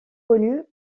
connu